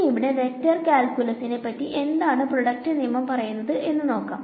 ഇനി ഇവിടെ വെക്ടർ കാൽകുലസിനെ പറ്റി എന്താണ് പ്രോഡക്റ്റ് നിയമം പറയുന്നത് എന്നു നോക്കാം